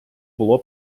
було